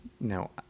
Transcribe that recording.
No